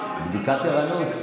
בדיקת ערנות.